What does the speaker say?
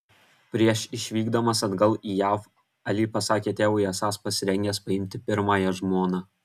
prieš išvykdamas atgal į jav ali pasakė tėvui esąs pasirengęs paimti pirmąją žmoną